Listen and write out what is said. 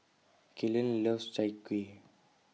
Kaylan loves Chai Kuih